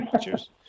Cheers